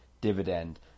dividend